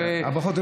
הברכות,